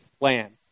land